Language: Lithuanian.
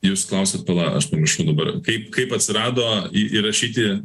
jūs klausėt pala aš pamiršau dabar kaip kaip atsirado į įrašyti